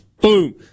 boom